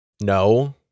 No